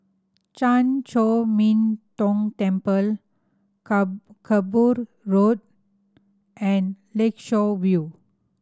Chan Chor Min Tong Temple Kerbau Road and Lakeshore View